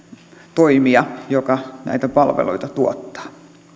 toimija joka näitä palveluita tuottaa